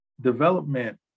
development